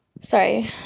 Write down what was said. Sorry